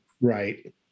Right